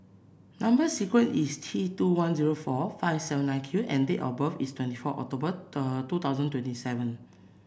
number sequence is T two one zero four five seven nine Q and date of birth is twenty four October two thousand twenty seven